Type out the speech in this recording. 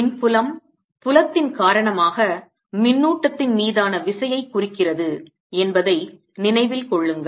மின்புலம் புலத்தின் காரணமாக மின்னூட்டத்தின் மீதான விசையைக் குறிக்கிறது என்பதை நினைவில் கொள்ளுங்கள்